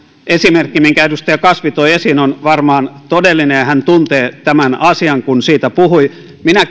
esimerkki minkä edustaja kasvi toi esiin on varmaan todellinen ja hän tuntee tämän asian kun siitä puhui minä